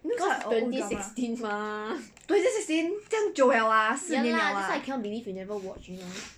cause twenty sixteen mah ya lah that's why I cannot believe you never watch you know